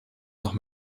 noch